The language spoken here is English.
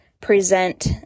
present